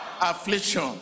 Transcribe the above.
affliction